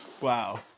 Wow